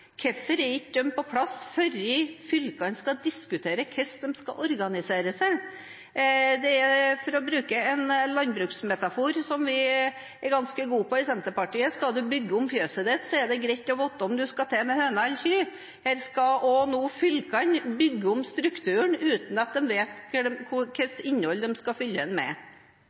Hvorfor er ikke de på plass før fylkene skal diskutere hvordan de skal organisere seg? For å bruke en landbruksmetafor som vi er ganske gode på i Senterpartiet: Skal du bygge om fjøset ditt, er det greit å vite om du skal til med høner eller kyr. Her skal nå fylkene bygge om strukturen uten at de vet hvilket innhold de skal fylle den med.